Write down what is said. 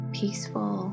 peaceful